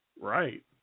Right